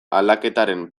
aldaketaren